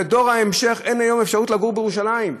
לדור ההמשך אין היום אפשרות לגור בירושלים.